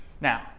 now